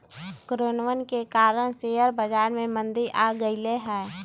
कोरोनवन के कारण शेयर बाजार में मंदी आ गईले है